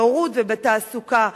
בהורות ובתעסוקה.